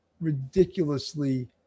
ridiculously